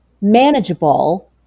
Manageable